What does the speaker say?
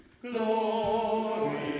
Glory